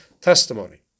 testimony